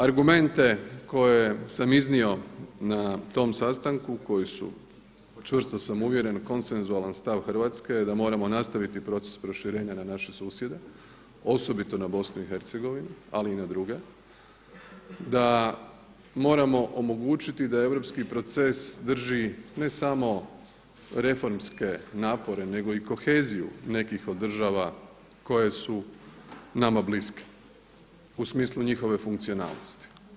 Argumente koje sam iznio na tom sastanku koji su čvrsto sam uvjeren, konsenzualan stav Hrvatske da moramo nastaviti proces proširenja na naše susjede, osobito na BiH, ali i na druge, da moramo omogućiti da europski proces drži ne samo reformske napore nego i koheziju nekih od država koje su nama bliske, u smislu njihove funkcionalnosti.